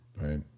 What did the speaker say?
Right